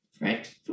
right